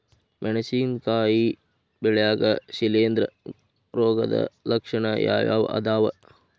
ಮೆಣಸಿನಕಾಯಿ ಬೆಳ್ಯಾಗ್ ಶಿಲೇಂಧ್ರ ರೋಗದ ಲಕ್ಷಣ ಯಾವ್ಯಾವ್ ಅದಾವ್?